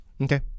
Okay